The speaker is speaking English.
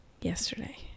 yesterday